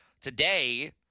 today